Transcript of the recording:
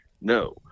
No